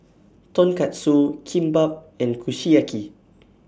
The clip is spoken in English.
Tonkatsu Kimbap and Kushiyaki